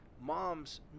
moms